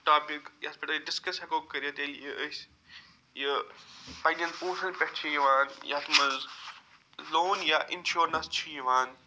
topic یَتھ پٮ۪ٹھ أسۍ ڈِسکَس ہٮ۪کو کٔرِتھ ییٚلہِ یہِ أسۍ یہِ پنٕنٮ۪ن پۅنٛسن پٮ۪ٹھ چھِ یِوان یَتھ منٛز لون یا اِنشورنس چھُ یِوان